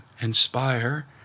inspire